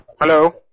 Hello